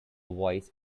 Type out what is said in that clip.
voice